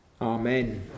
Amen